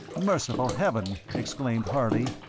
merciful heaven! exclaimed harley,